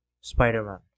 Spider-Man